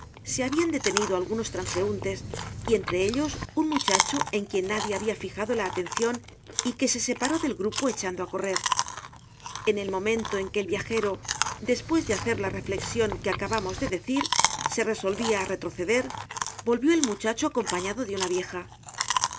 se habian detenido algunos transeuntes y entre ellos un muchacho en quien nadie habia fijado la atencion y que se separó del grupo echando á correr en el momento en que el viajero despues de hacer la reflexion que acabamos de decir se resolvia á retroceder volvió el muchado acompañado de una vieja